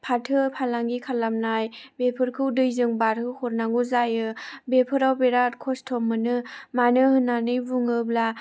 फाथो फालांगि खालामनाय बेफोरखौ दैजों बारहो हरनांगौ जायो बेफोराव बिराथ खस्थ' मोनो मानो होननानै बुङोब्ला